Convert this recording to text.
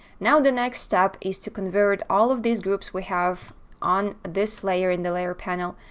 now, the next step is to convert all of these groups we have on this layer in the layer panel.